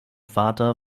vater